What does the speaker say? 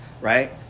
Right